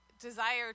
desire